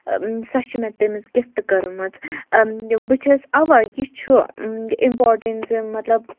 سۄ چھِ مےٚ تٔمِس گِفٹ کٔرمٕژ بہٕ چھَس اَوا یہِ چھُ اِمپاٹَنٹ زِ مطلب